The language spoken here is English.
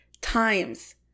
times